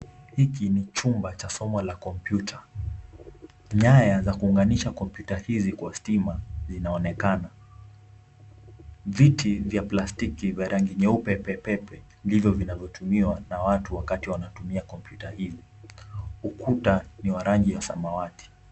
Hiki ni chumba cha somo la computer , nyaya za kuunganisha computer hizi Kwa stima zinaonekana, viti vya plastiki vya rangi nyeupe pepepe ndivyo vinavyotumiwa na watu wakati wanatumia computer hizi, ukuta ni warangi ya samawati.